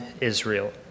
Israel